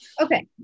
Okay